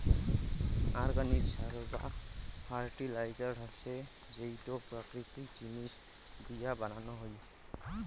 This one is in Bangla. অর্গানিক সার বা ফার্টিলাইজার হসে যেইটো প্রাকৃতিক জিনিস দিয়া বানানো হই